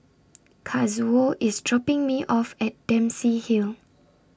Kazuo IS dropping Me off At Dempsey Hill